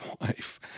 wife